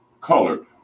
colored